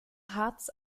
harz